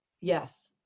Yes